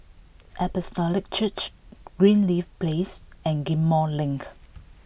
Apostolic Church Greenleaf Place and Ghim Moh Link